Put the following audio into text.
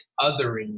othering